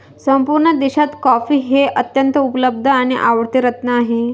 संपूर्ण देशात कॉफी हे अत्यंत उपलब्ध आणि आवडते रत्न आहे